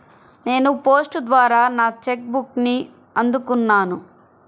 నేను పోస్ట్ ద్వారా నా చెక్ బుక్ని అందుకున్నాను